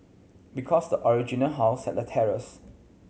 because the original house had a terrace